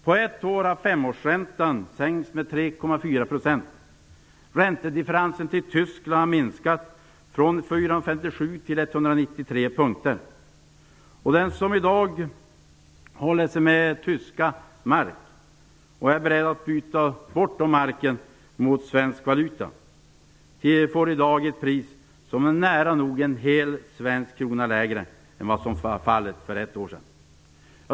På ett år har femårsräntan sänkts med 3,4 %. Räntedifferensen till Tyskland har minskat från 457 till 193 punkter. Den som i dag håller sig med tyska mark och är beredd att byta bort de marken mot svensk valuta får ett pris som är nära nog en hel svensk krona lägre än vad som var fallet för ett år sedan.